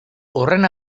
horren